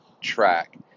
track